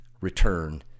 return